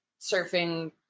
surfing